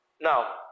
Now